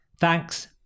thanks